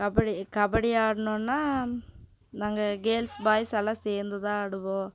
கபடி கபடி ஆடுனோன்னா நாங்கள் girls boys எல்லாம் சேர்ந்து தான் ஆடுவோம்